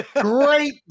Great